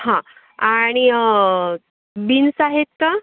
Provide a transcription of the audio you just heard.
हां आणि बीन्स आहेत का